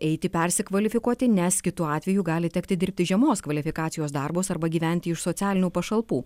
eiti persikvalifikuoti nes kitu atveju gali tekti dirbti žemos kvalifikacijos darbus arba gyventi iš socialinių pašalpų